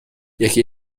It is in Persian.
یکی